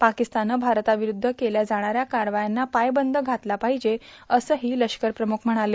पाकिस्ताननं भारताविरुद्ध केल्या जाणाऱ्या कारवायांना पायबंद घातला पाहिजे असंही लष्कर प्रमुख म्हणाले